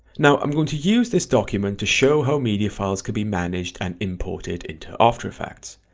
now i'm going to use this document to show how media files could be managed and imported into after effects.